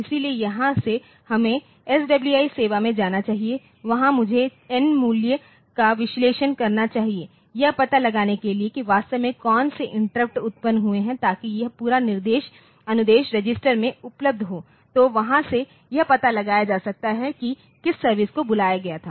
इसलिए यहां से हमें एसडब्ल्यूआई सेवा में जाना चाहिए और वहां मुझे n मूल्य का विश्लेषण करना चाहिए यह पता लगाने के लिए कि वास्तव में कौन से इंटरप्टउत्पन्न हुए हैं ताकि यह पूरा निर्देश अनुदेश रजिस्टर में उपलब्ध हो तो वहां से यह पता लगाया जा सकता है कि किस सर्विस को बुलाया गया है